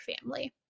family